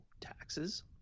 taxes